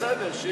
15